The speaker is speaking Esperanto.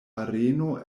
areno